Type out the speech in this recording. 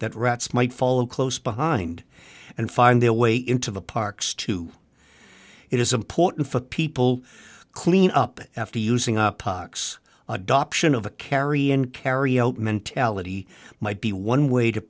that rats might follow close behind and find their way into the parks too it is important for people clean up after using up box adoption of a carry in carry out mentality might be one way to